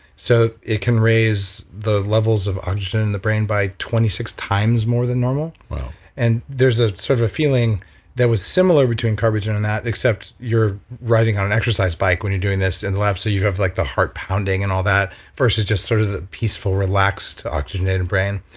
so, it can raise the levels of oxygen in the brain by twenty six times more than normal. and there's a sort of a feeling that was similar between carbogen and that, except you're riding on an exercise bike when you're doing this in and the lab. so you have like the heart pounding and all that versus just sort of peaceful, relaxed, oxygenated brain,